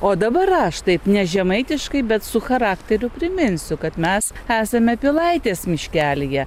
o dabar aš taip ne žemaitiškai bet su charakteriu priminsiu kad mes esame pilaitės miškelyje